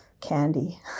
candy